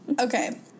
Okay